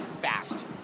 fast